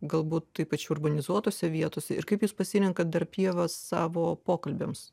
galbūt ypač urbanizuotose vietose ir kaip jūs pasirenkat dar pievas savo pokalbiams